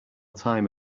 time